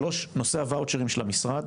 שלוש, נושא הוואוצ'רים של המשרד,